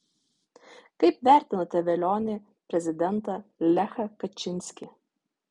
kaip vertinate velionį prezidentą lechą kačinskį